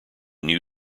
new